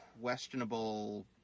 questionable